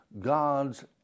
God's